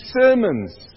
sermons